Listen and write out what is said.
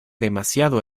demasiado